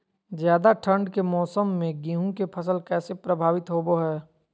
ज्यादा ठंड के मौसम में गेहूं के फसल कैसे प्रभावित होबो हय?